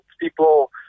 people